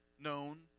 known